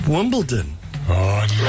Wimbledon